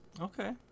Okay